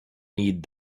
need